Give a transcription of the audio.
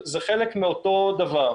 זה חלק מאותו דבר.